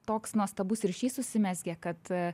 toks nuostabus ryšys užsimezgė kad